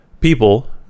people